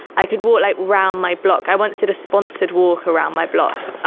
i could walk like around my block. i once did a sponsored walk around my block,